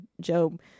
Job